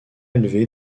élevé